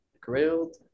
grilled